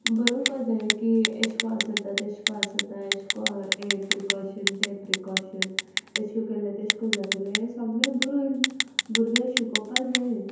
बरोवपा जायें की एश को आसोता तेश को आसोता एशें को प्रिकॉशन तें प्रिकॉशन एशको केलें तेशको जातलें हें सोगलें बरोवन भुरगें शिकोवपा जायें